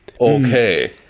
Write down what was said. Okay